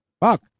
Fuck